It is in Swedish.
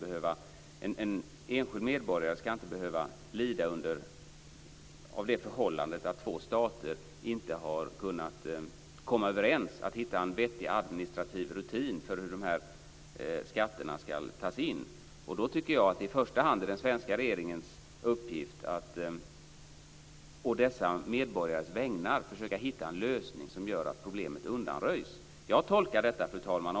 En enskild medborgare ska inte behöva lida av det förhållandet att två stater inte har kunnat komma överens och inte har kunnat hitta en vettig administrativ rutin för hur dessa skatter ska tas in. Då är det i första hand den svenska regeringens uppgift att å dessa medborgares vägnar försöka hitta en lösning som gör att problemet undanröjs. Fru talman!